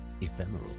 ephemeral